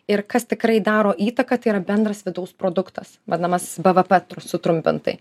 ir kas tikrai daro įtaką tai yra bendras vidaus produktas vadinamas bvp sutrumpintai